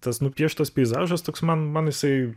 tas nupieštas peizažas toks man man jisai